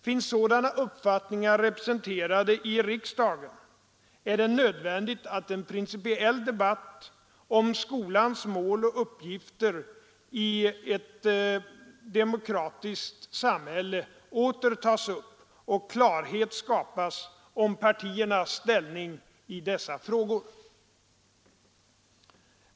Finns sådana uppfattningar företrädda i riksdagen, är det nödvändigt att en principiell debatt om skolans mål och uppgifter i ett demokratiskt samhälle åter tas upp och klarhet skapas om partiernas ställning i dessa frågor.